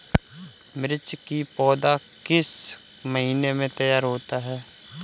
मिर्च की पौधा किस महीने में तैयार होता है?